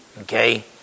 Okay